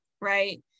right